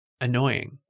annoying